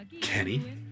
Kenny